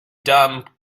dumb